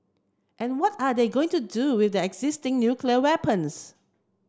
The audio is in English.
and what are they going to do with their existing nuclear weapons